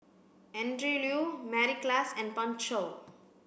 Andrew Lee Mary Klass and Pan Shou